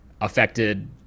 affected